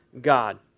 God